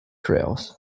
trails